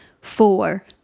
four